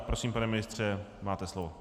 Prosím, pane ministře, máte slovo.